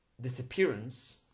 disappearance